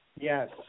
Yes